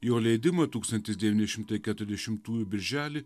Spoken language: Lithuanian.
jo leidimą tūkstantis devyni šimtai keturiasdešimtųjų birželį